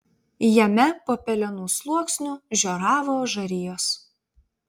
jame po pelenų sluoksniu žioravo žarijos